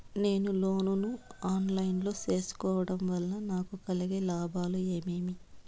నేను లోను ను online లో సేసుకోవడం వల్ల నాకు కలిగే లాభాలు ఏమేమీ?